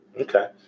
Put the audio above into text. Okay